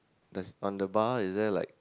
does on the bar is there like